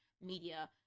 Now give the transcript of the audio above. media